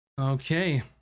Okay